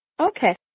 Okay